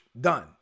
done